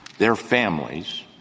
their families,